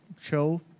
show